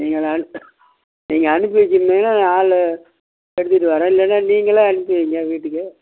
நீங்கள் அதை அனுப்பி நீங்கள் அனுப்பி வைக்கறீங்களா ஆளு எடுத்துட்டு வரேன் இல்லைன்னால் நீங்களே அனுப்பி வைங்க வீட்டுக்கு